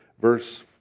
Verse